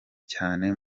cyane